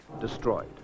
destroyed